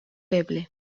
feble